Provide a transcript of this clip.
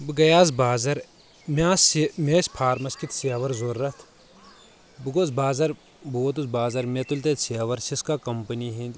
بہٕ گٔیاوس بازر مےٚ آس یہِ مےٚ ٲسۍ فارمس کِت سیور ضرورت بہٕ گووُس بازر بہٕ ووتُس بازر مےٚ تُلۍ تتہِ سیور سسکا کمپٔنی ہنٛدۍ